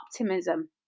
optimism